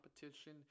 competition